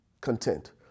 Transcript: content